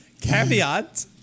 Caveat